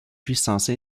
puissance